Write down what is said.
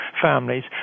families